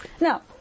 Now